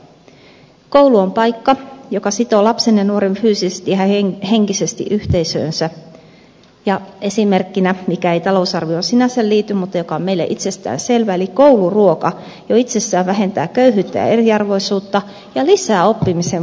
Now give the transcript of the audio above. koulu on paikka joka sitoo lapsen ja nuoren fyysisesti ja henkisesti yhteisöönsä ja esimerkkinä mikä ei talousarvioon sinänsä liity mutta mikä on meille itsestään selvä kouluruoka jo itsessään vähentää köyhyyttä ja eriarvoisuutta ja lisää oppimisen vaikuttavuutta